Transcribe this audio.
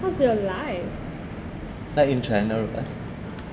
like in gener~